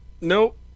Nope